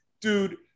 Dude